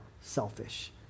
selfish